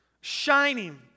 shining